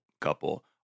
couple